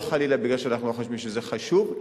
לא חלילה בגלל שאנחנו לא חושבים שזה חשוב,